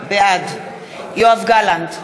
בעד יואב גלנט,